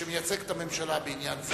שמייצג את הממשלה בעניין זה,